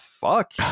fuck